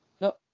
No